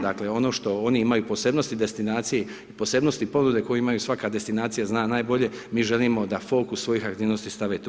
Dakle, ono što oni imaju posebnosti destinacije i posebnosti ponude koju imaju, svaka destinacija zna najbolje, mi želimo da fokus svojih aktivnosti stave tu.